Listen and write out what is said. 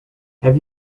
have